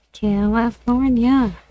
California